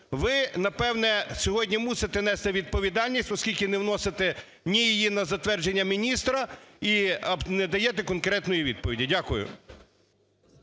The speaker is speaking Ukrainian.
Ви напевне сьогодні мусите нести відповідальність, оскільки не вносите ні її на затвердження міністра і не даєте конкретної відповіді. Дякую.